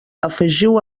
afegiu